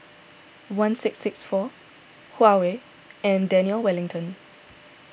one six six four Huawei and Daniel Wellington